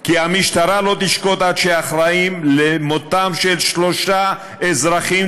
כי המשטרה לא תשקוט עד שהאחראים למותם של שלושה אזרחים